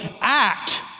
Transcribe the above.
act